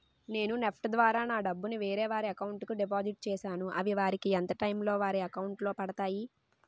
నేను నెఫ్ట్ ద్వారా నా డబ్బు ను వేరే వారి అకౌంట్ కు డిపాజిట్ చేశాను అవి వారికి ఎంత టైం లొ వారి అకౌంట్ లొ పడతాయి?